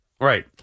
right